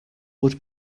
would